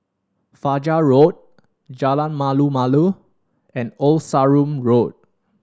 Fajar Road Jalan Malu Malu and Old Sarum Road